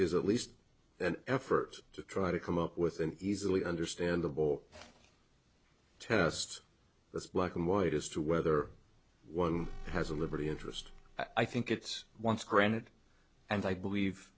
is at least an effort to try to come up with an easily understandable test the black and white as to whether one has a liberty interest i think it's once granted and i believe